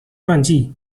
传记